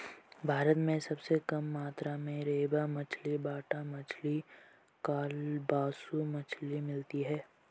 भारत में सबसे कम मात्रा में रेबा मछली, बाटा मछली, कालबासु मछली मिलती है